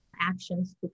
actions